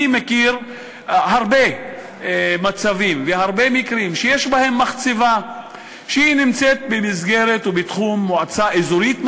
אני מכיר הרבה מצבים והרבה מקרים שבהם מחצבה נמצאת בתחום מועצה אזורית,